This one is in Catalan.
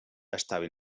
estava